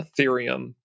Ethereum